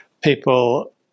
people